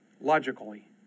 logically